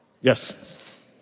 Yes